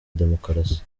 demokarasi